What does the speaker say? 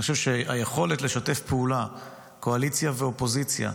אני חושב שהיכולת לשתף פעולה קואליציה ואופוזיציה,